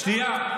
שנייה,